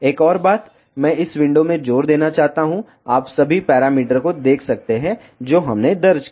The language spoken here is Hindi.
एक और बात मैं इस विंडो में जोर देना चाहता हूं आप सभी पैरामीटर को देख सकते हैं जो हमने दर्ज किया